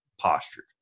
postured